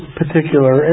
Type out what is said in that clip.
particular